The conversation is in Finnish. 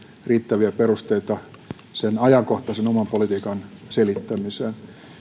riittäviä perusteita ajankohtaisen oman politiikan selittämiseen